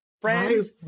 Friends